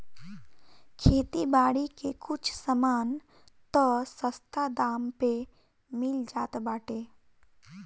खेती बारी के कुछ सामान तअ सस्ता दाम पे मिल जात बाटे